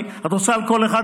את רוצה על כל אחד,